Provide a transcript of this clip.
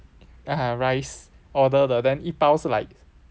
like (uh huh) rice order 的 then 一包是 like